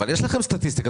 יש לכם סטטיסטיקה.